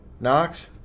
Knox